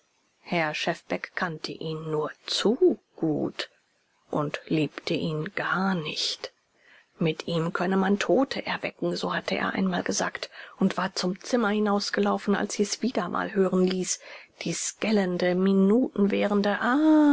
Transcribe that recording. herr schefbeck kannte ihn nur zu gut und liebte ihn gar nicht mit ihm könne man tote erwecken so hatte er einmal gesagt und war zum zimmer hinausgelaufen als sie's wieder mal hören ließ dies gellende minutenwährende aaaah